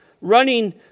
running